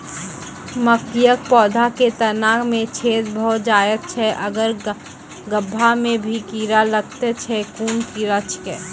मकयक पौधा के तना मे छेद भो जायत छै आर गभ्भा मे भी कीड़ा लागतै छै कून कीड़ा छियै?